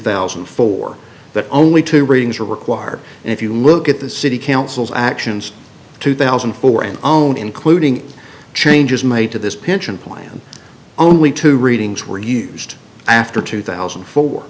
thousand and four that only two readings are required and if you look at the city councils actions two thousand and four and own including changes made to this pension plan only two readings were used after two thousand